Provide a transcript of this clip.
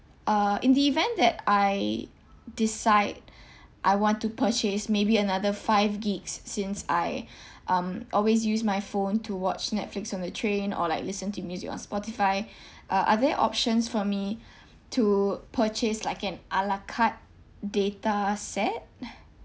uh in the event that I decide I want to purchase maybe another five gigs since I um always use my phone to watch netflix on the train or like listen to music on spotify uh are there options for me to purchase like an ala carte data set